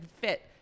fit